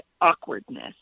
awkwardness